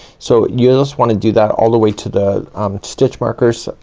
so you'll just want to do that all the way to the um stitch markers,